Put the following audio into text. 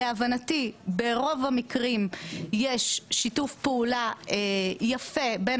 להבנתי ברוב המקרים יש שיתוף פעולה יפה בין